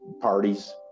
parties